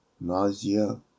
nausea